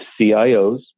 cios